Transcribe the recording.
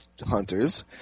hunters